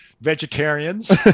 vegetarians